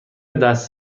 دست